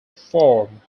form